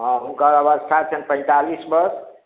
हॅं हुनकर अवस्था छै पैंतालीस वर्ष